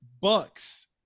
Bucks